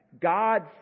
God